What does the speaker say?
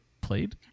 played